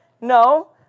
No